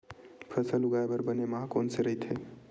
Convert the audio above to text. फसल उगाये बर बने माह कोन से राइथे?